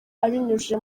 abinyujije